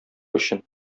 өчен